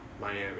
Miami